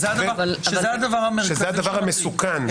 שזה הדבר המסוכן,